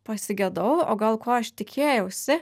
pasigedau o gal ko aš tikėjausi